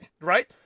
right